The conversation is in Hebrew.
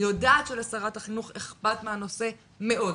אני יודעת שלשרת החינוך איכפת מהנושא מאוד,